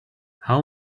how